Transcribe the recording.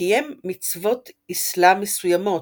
וקיים מצוות אסלאם מסוימות,